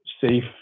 safe